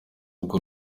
ubwo